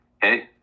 hey